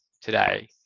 today